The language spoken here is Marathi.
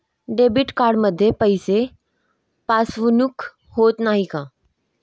डेबिट कार्डमध्ये पैसे फसवणूक होत नाही ना?